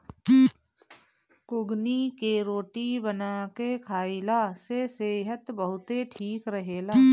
कुगनी के रोटी बना के खाईला से सेहत बहुते ठीक रहेला